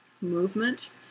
movement